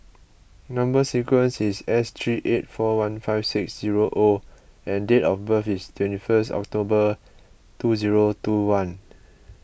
Number Sequence is S three eight four one five six zero O and date of birth is twenty first October two zero two one